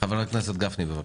חבר הכנסת גפני, בבקשה.